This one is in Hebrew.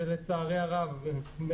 שלצערי הרב,